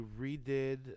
redid